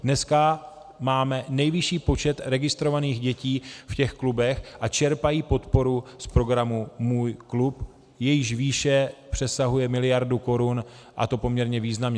Dneska máme nejvyšší počet registrovaných dětí v těch klubech a čerpají podporu z programu Můj klub, jejíž výše přesahuje miliardu korun, a to poměrně významně.